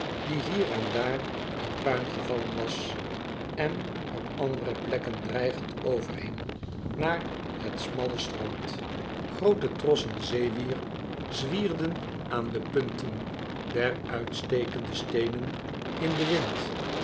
die hier en daar in puin gevallen was en op andere plekken dreigend overhing naar het smalle strand groote trossen zeewier zwicrden aan de punten der uitstekende steenen in den wind